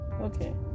Okay